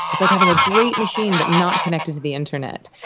it's like having a great machine but not connected to the internet.